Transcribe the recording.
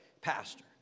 pastor